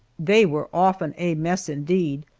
they were often a mess indeed,